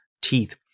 teeth